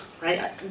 right